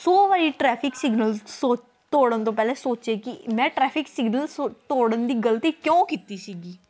ਸੌ ਵਾਰੀ traffic signal ਸੋ ਤੋੜਨ ਤੋਂ ਪਹਿਲਾਂ ਸੋਚੇ ਕਿ ਮੈਂ ਟਰੈਫਿਕ ਸਿਗਨਲ ਸੋ ਤੋੜਨ ਦੀ ਗਲਤੀ ਕਿਉਂ ਕੀਤੀ ਸੀਗੀ